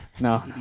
No